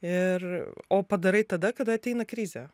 ir o padarai tada kada ateina krizė